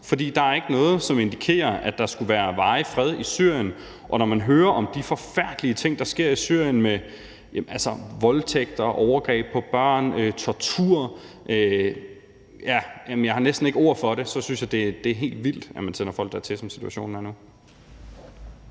for der er ikke noget, som indikerer, at der skulle være varig fred i Syrien. Og når man hører om de forfærdelige ting, der sker i Syrien, med voldtægter, overgreb på børn, tortur – jamen jeg har næsten ikke ord for det – så synes jeg, at det er helt vildt, at man sender folk dertil, sådan som situationen er